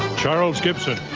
charles gibson.